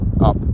up